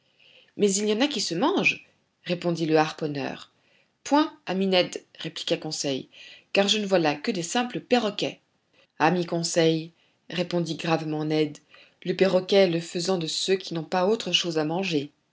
mais il y en a qui se mangent répondit le harponneur point ami ned répliqua conseil car je ne vois là que de simples perroquets ami conseil répondit gravement ned le perroquet est le faisan de ceux qui n'ont pas autre chose à manger